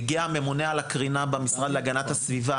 והגיע הממונה על הקרינה במשרד להגנת הסביבה,